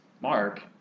Mark